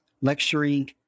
lecturing